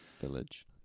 Village